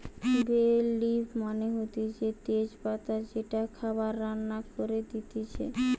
বে লিফ মানে হতিছে তেজ পাতা যেইটা খাবার রান্না করে দিতেছে